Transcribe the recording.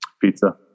pizza